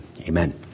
Amen